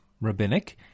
rabbinic